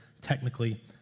technically